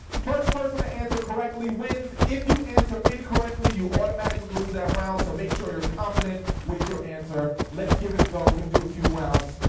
first person to answer correctly wins. if you answer incorrectly you automatically lose that round so make sure you're confident with your answer. let's give it a go. we're gonna do a few rounds.